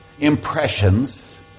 impressions